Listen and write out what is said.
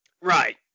right